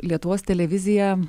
lietuvos televizija